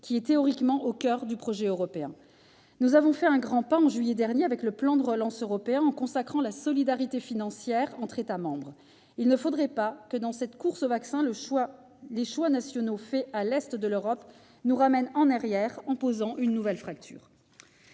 qui est théoriquement au coeur du projet européen. Nous avons fait un grand pas, en juillet dernier, avec le plan de relance européen, en consacrant la solidarité financière entre États membres. Il ne faudrait pas que, dans cette course aux vaccins, les choix nationaux faits à l'est de l'Europe nous ramènent en arrière en posant une nouvelle fracture.